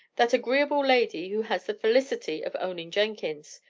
that agreeable lady who has the felicity of owning jenkins.